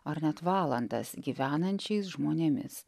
ar net valandas gyvenančiais žmonėmis